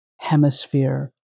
hemisphere